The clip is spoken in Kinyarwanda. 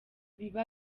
biba